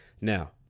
Now